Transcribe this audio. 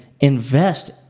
invest